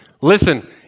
Listen